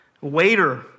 Waiter